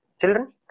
children